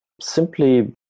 Simply